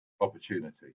opportunity